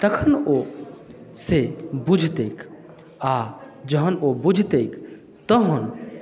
तखन ओ से बुझतैक आ जखन ओ बुझतैक तखन